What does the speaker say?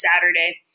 Saturday